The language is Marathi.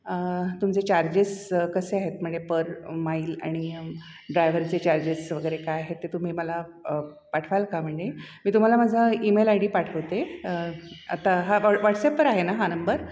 तुमचे चार्जेस कसे आहेत म्हणजे पर माईल आणि ड्रायवरचे चार्जेस वगैरे काय आहेत ते तुम्ही मला पाठवाल का म्हणजे मी तुम्हाला माझा ईमेल आयडी पाठवते आता हा व्हॉट्सअपवर आहे ना हा नंबर